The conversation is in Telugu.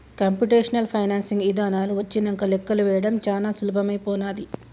కంప్యుటేషనల్ ఫైనాన్సింగ్ ఇదానాలు వచ్చినంక లెక్కలు వేయడం చానా సులభమైపోనాది